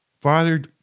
Father